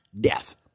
death